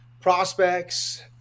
prospects